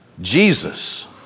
Jesus